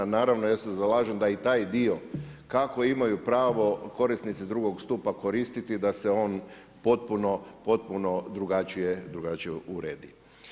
A naravno ja se zalažem da i taj dio kako imaju pravo korisnici drugog stupa koristiti da se on potpuno drugačije uredi.